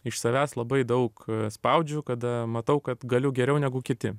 iš savęs labai daug spaudžiu kada matau kad galiu geriau negu kiti